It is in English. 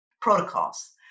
protocols